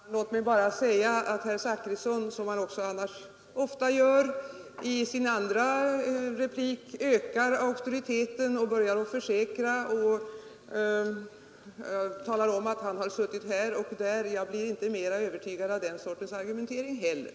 Herr talman! Låt mig bara säga att herr Zachrisson, som han också annars ofta gör, i sin andra replik ökar auktoriteten, börjar försäkra att han har rätt och talar om att han har suttit med här och där. Jag blir inte övertygad av den sortens argumentering heller.